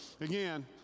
again